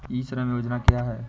ई श्रम योजना क्या है?